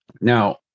Now